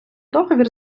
договір